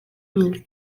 mille